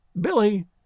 Billy